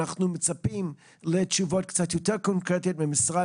אנחנו מצפים לתשובות קצת יותר קונקרטיות ממשרד